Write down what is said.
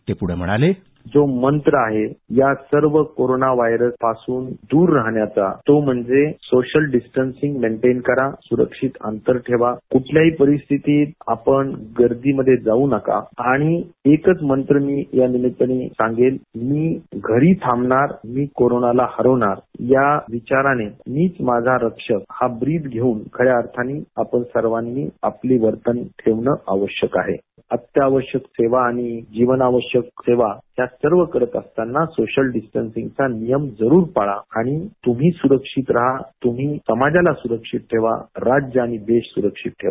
ते पुढे म्हणाले जो मंत्र आहे या सर्व कोरोनाव्हायरस पासून दूर राहण्याचा तो म्हणजे सोशल डिस्टन्सीइन मेनटेन करा सुरक्षित अंतर ठेवा कुठल्याही परिस्थितीत आपण गर्दीमध्ये जाऊ नका आणि एकच मंत्र मी याठिकाणी सांगेल मी घरी थांबणार मी करोणाला हरवणार या विचाराने मीच माझा रक्षक हा ब्रिज घेऊन खऱ्या आर्थाने आपण सर्वांनी आपले वर्तन ठेवणं आवश्यक आहे अत्यावश्यक सेवा आणि जीवनावश्यक सेवा या सर्व करत असतांना सोशल डिस्टन्सचा नियम जरूर पळाला आणि तुम्ही सुरक्षित राहा आणि तुम्ही समाजाला सुरक्षित ठेवा राज्य आणि देश सुरक्षित ठेवा